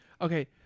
Okay